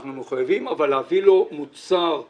אנחנו מחויבים להביא לו מוצר מוגמר,